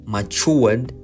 Matured